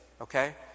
okay